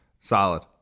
solid